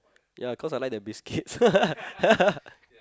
ya cause I like their biscuits